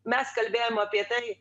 mes kalbėjom apie tai